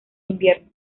invierno